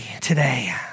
today